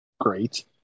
great